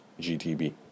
GTB